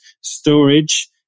storage